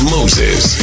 Moses